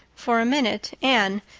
for a minute anne,